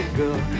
girl